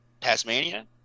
tasmania